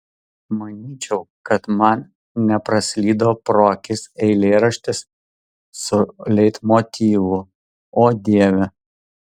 manyčiau kad man nepraslydo pro akis eilėraštis su leitmotyvu o dieve